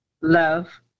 Love